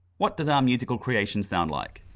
what does our musical creation sound like?